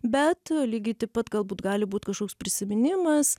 bet lygiai taip pat galbūt gali būt kažkoks prisiminimas